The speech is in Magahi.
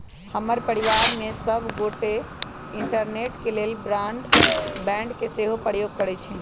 हमर परिवार में सभ गोटे इंटरनेट के लेल ब्रॉडबैंड के सेहो प्रयोग करइ छिन्ह